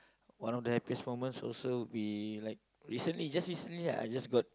one of the happiest moments also would be like recently just recently I just got